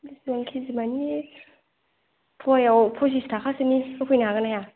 बिसिबां किजि मानि फवा याव फसिस थाखासोनि होफैनो हागोना हाया